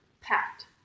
packed